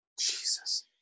Jesus